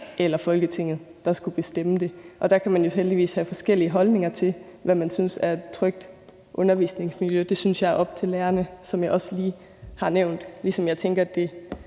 eller Folketinget, der skulle bestemme det. Der kan man jo heldigvis have forskellige holdninger til, hvad man synes er et trygt undervisningsmiljø. Det synes jeg er op til lærerne, som jeg også lige har nævnt. Jeg tænker,